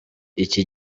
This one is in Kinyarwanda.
iki